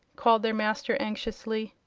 called their master, anxiously.